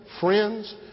friends